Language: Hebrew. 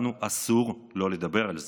לנו אסור לא לדבר על זה.